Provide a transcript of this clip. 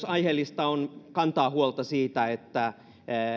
aiheellista on kantaa huolta myös siitä että